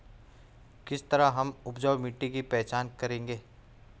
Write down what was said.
किस तरह हम उपजाऊ मिट्टी की पहचान करेंगे?